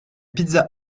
pizzas